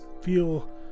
feel